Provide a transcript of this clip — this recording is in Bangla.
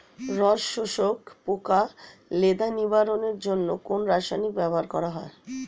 রস শোষক পোকা লেদা নিবারণের জন্য কোন রাসায়নিক ব্যবহার করা হয়?